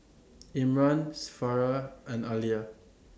Imran Farah and Alya